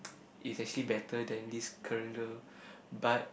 is actually better than this current girl but